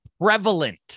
prevalent